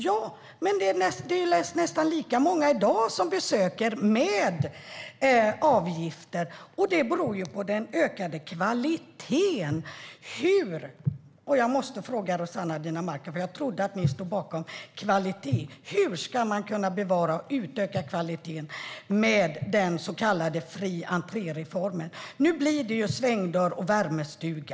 Ja, men det är ju nästan lika många i dag som besöker museer med avgifter, och det beror på den ökade kvaliteten. Jag måste fråga Rossana Dinamarca, för jag trodde att Vänstern stod bakom kvalitet: Hur ska man kunna bevara och utöka kvaliteten med den så kallade fri-entré-reformen? Nu blir det ju svängdörr och värmestuga.